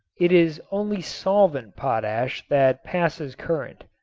it is only solvent potash that passes current.